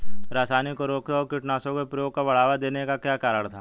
रासायनिक उर्वरकों व कीटनाशकों के प्रयोग को बढ़ावा देने का क्या कारण था?